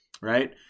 right